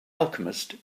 alchemist